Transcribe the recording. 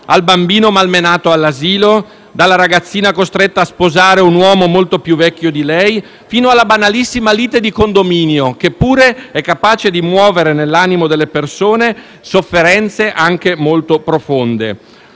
al bambino malmenato all'asilo, alla ragazzina costretta a sposare un uomo molto più vecchio di lei, fino alla banalissima lite di condominio, che pure è capace di muovere nell'animo delle persone sofferenze anche molto profonde.